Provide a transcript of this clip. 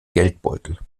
geldbeutel